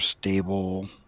stable